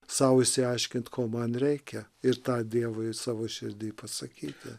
sau išsiaiškint ko man reikia ir tą dievui savo širdy pasakyti